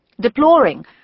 Deploring